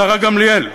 השרה גמליאל,